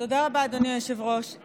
תודה רבה, אדוני היושב-ראש.